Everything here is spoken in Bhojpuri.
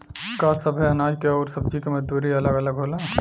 का सबे अनाज के अउर सब्ज़ी के मजदूरी अलग अलग होला?